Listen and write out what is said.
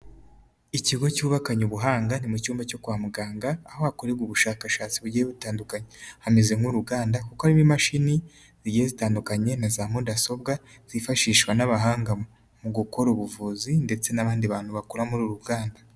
Ikigo cyubakanye ubuhanga, ni mu cyumba cyo kwa muganga aho hakorerwa ubushakashatsi bugiye butandukanye. Hameze nk'uruganda kuko harimo imashini zigiye zitandukanye na za mudasobwa zifashishwa n'abahanga mu gukora ubuvuzi ndetse n'abandi bantu bakora muri uru ruganda.